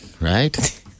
right